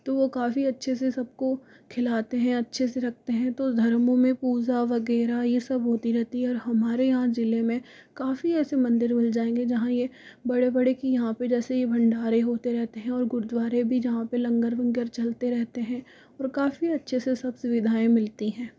तो वह काफी अच्छे से सबको खिलाते हैं अच्छे से रखते हैं तो धर्मों में पूजा वगैरह ये सब होती रहती है और हमारे यहाँ ज़िले में काफ़ी ऐसे मंदिर मिल जाएंगे जहाँ ये बड़े बड़े कि जहाँ पर जैसे ये भंडारे होते रहते है और गुरुद्वारे भी जहाँ पर लंगर वंगर चलते रहते हैं और काफ़ी अच्छे से सब सुविधाएँ मिलती हैं